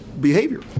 behavior